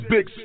Big